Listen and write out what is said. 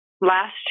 Last